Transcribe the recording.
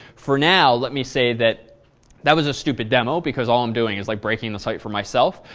for now, let me say that that was a stupid demo because all i'm doing is like breaking the site for myself,